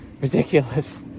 Ridiculous